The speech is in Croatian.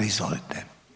Izvolite.